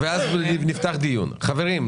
חברים,